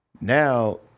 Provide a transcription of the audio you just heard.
Now